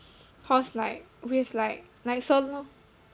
cause like with like like so long